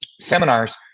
seminars